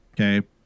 okay